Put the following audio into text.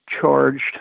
charged